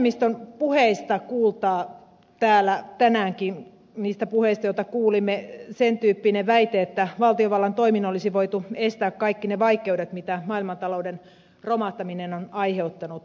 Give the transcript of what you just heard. vasemmiston puheista joita tänäänkin kuulimme kuultaa sen tyyppinen väite että valtiovallan toimin olisi voitu estää kaikki ne vaikeudet mitä maailmantalouden romahtaminen on aiheuttanut